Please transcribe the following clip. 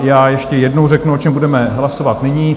Já ještě jednou řeknu, o čem budeme hlasovat nyní.